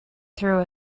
through